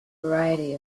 variety